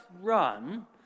run